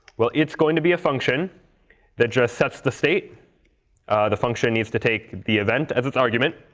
well, it's going to be a function that just sets the state the function needs to take the event as its argument.